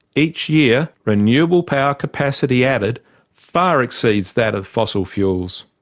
each year, renewable power capacity added far exceeds that of fossil fuels.